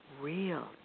real